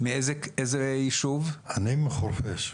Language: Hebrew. אני מחורפיש,